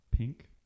pink